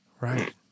Right